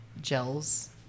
gels